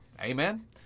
Amen